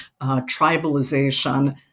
tribalization